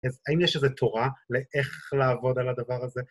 האם יש איזה תורה לאיך לעבוד על הדבר הזה?